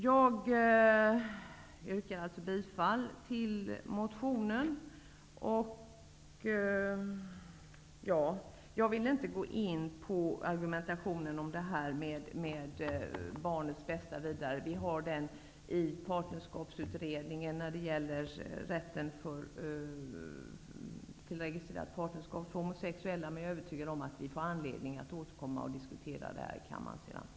Jag yrkar bifall till motion L425. Jag vill inte gå in på argumentationen om barnets bästa osv. Den frågan skall tas upp av Partnerskapsutredningen, som skall utreda rätten till registrerat partnerskap för homosexuella. Men jag är övertygad om att vi får anledning att återkomma och diskutera detta senare i kammaren.